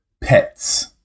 pets